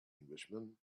englishman